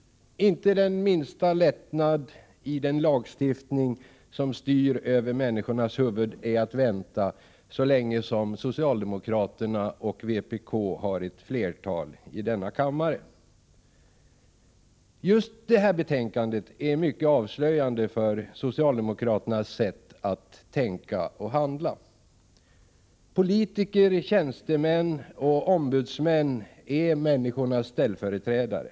Inte den minsta lättnad i den lagstiftning som styr över människornas huvud är att vänta så länge socialdemokraterna och vpk har ett flertal i denna kammare. Just detta betänkande är mycket avslöjande för socialdemokraternas sätt att tänka och handla. Politiker, tjänstemän och ombudsmän är människors representanter i olika sammanhang.